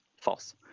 False